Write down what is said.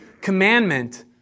commandment